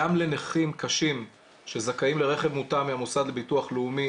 גם לנכים קשים שזכאים לרכב מותאם מהמוסד לביטוח לאומי,